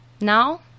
Now